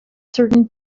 certain